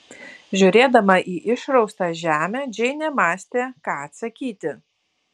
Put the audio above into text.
žiūrėdama į išraustą žemę džeinė mąstė ką atsakyti